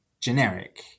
generic